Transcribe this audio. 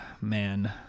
man